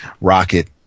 Rocket